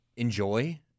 enjoy